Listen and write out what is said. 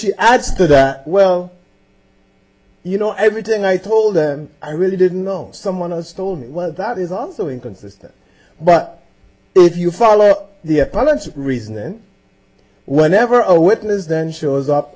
she adds to that well you know everything i told them i really didn't know someone else told me that is also inconsistent but if you follow the balance of reason then whenever a witness then shows up